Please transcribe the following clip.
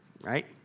Right